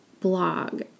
blog